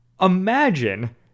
Imagine